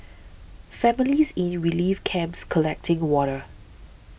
families in relief camps collecting water